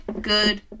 good